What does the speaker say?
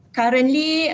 currently